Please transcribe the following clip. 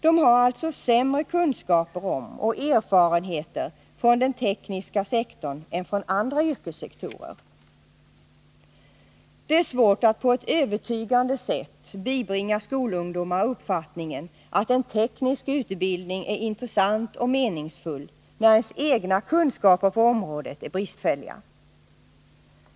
De har alltså sämre kunskaper om och erfarenheter från den tekniska sektorn än från andra yrkessektorer. Det är svårt att på ett övertygande sätt bibringa skolungdomar uppfattningen att en teknisk utbildning är intressant och meningsfull när ens egna kunskaper på området är bristfälliga.